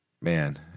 man